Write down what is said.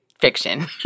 fiction